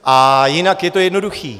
A jinak je to jednoduché.